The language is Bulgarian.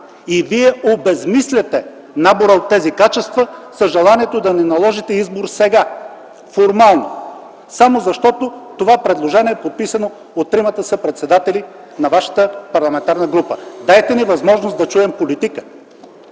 и вие обезсмисляте набора от тези качества с желанието да ни наложите избор сега, формално, само защото това предложение е подписано от тримата съпредседатели на вашата парламентарна група. Дайте ни възможност да чуем политика.